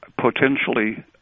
potentially